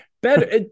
Better